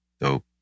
dope